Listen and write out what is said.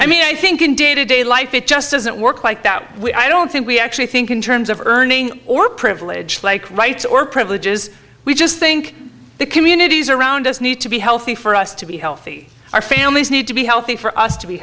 i mean i think in day to day life it just doesn't work like that i don't think we actually think in terms of earning or privilege like rights or privileges we just think the communities around us need to be healthy for us to be healthy our families need to be healthy for us to be